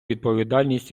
відповідальність